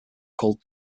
called